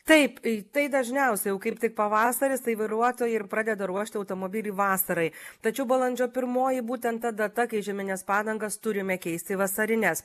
taip tai dažniausiai jau kaip tik pavasaris tai vairuotojai ir pradeda ruošti automobilį vasarai tačiau balandžio pirmoji būtent ta data kai žiemines padangas turime keisti į vasarines